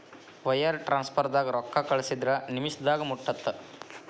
wire ಟ್ರಾನ್ಸ್ಫರ್ದಾಗ ರೊಕ್ಕಾ ಕಳಸಿದ್ರ ನಿಮಿಷದಾಗ ಮುಟ್ಟತ್ತ